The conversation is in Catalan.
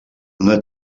una